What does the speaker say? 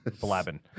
blabbing